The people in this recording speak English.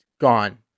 gone